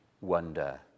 wonder